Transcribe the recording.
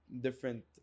different